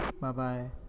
Bye-bye